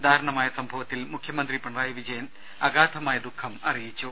ദാരുണമായ സംഭവത്തിൽ മുഖ്യമന്ത്രി പിണറായി വിജയൻ അഗാധമായ ദുഃഖം അറിയിച്ചു